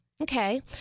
Okay